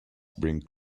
bring